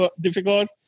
difficult